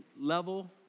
level